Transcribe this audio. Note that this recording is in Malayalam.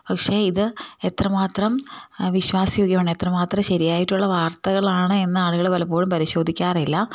പക്ഷേ ഇത് എത്ര മാത്രം വിശ്വാസ യോഗ്യമാണ് എത്ര മാത്രം ശരിയായിട്ടുള്ള വാർത്തകളാണ് എന്ന് ആളുകൾ പലപ്പോഴും പരിശോധിക്കാറില്ല